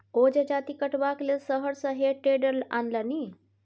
ओ जजाति कटबाक लेल शहर सँ हे टेडर आनलनि